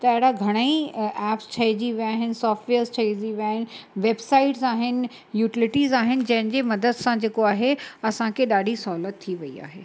त अहिड़ा घणेई एप्स ठहिजी विया आहिनि सॉफ्टवेयर्स ठहिजी विया आहिनि वेब्साइट्स आहिनि यूटिलिटीस आहिनि जंहिंजे मदद सां जेको आहे असांखे ॾाढी सहूलियत थी वई आहे